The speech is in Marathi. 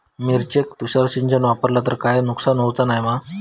मिरचेक तुषार सिंचन वापरला तर काय नुकसान होऊचा नाय मा?